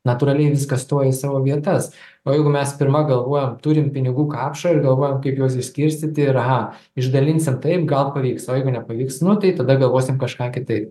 natūraliai viskas stoja į savo vietas o jeigu mes pirma galvojam turim pinigų kapšą ir galvojam kaip juos išskirstyti ir aha išdalinsim taip gal pavyks o jeigu nepavyks nu tai tada galvosim kažką kitaip